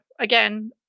again